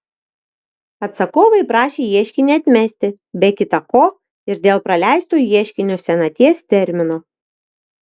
atsakovai prašė ieškinį atmesti be kita ko ir dėl praleisto ieškinio senaties termino